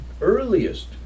earliest